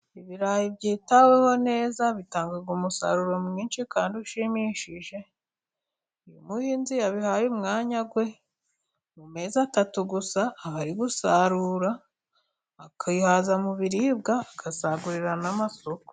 Ibirayi byitaweho neza bitanga umusaruro mwinshi kandi ushimishije, uyu muhinzi yabihaye umwanya we, mu mezi atatu gusa aba ari gusarura, akihaza mu biribwa, akazasagurira n'amasoko.